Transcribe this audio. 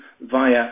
via